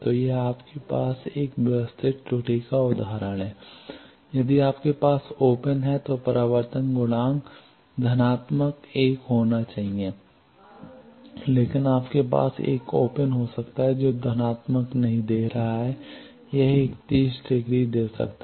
तो यह आपके पास एक व्यवस्थित त्रुटि का एक उदाहरण है यदि आपके पास ओपन है तो परावर्तन गुणांक 1 होना चाहिए लेकिन आपके पास एक ओपन हो सकता है जो नहीं दे रहा है यह एक तीस डिग्री दे सकता है